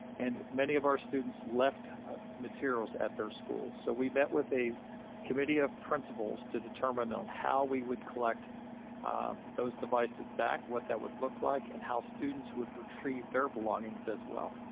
and many of our students left materials at their schools. so we met with a committee of principals to determine on how we would collect those devices back, what that would look like and how students would retrieve their belongings as well.